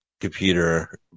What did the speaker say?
computer